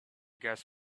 gas